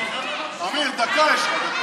אמיר, דקה יש לך.